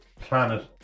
planet